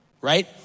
right